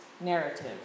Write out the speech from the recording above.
narrative